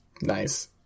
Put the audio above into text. nice